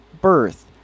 birth